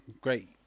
Great